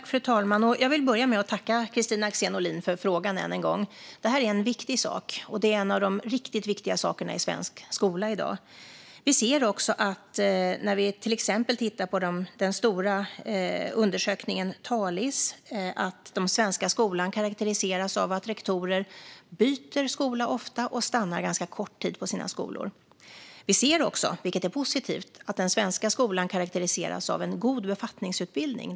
Fru talman! Jag vill börja med att tacka Kristina Axén Olin för frågan. Detta är en viktig sak. Det är en av de riktigt viktiga sakerna i svensk skola i dag. Vi ser också när vi till exempel tittar på den stora undersökningen Talis att den svenska skolan karakteriseras av att rektorer ofta byter skola och stannar ganska kort tid på sina skolor. Vi ser också, vilket är positivt, att den svenska skolan karakteriseras av en god befattningsutbildning.